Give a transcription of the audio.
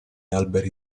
alberi